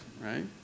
right